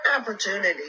opportunity